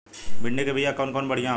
भिंडी के बिया कवन बढ़ियां होला?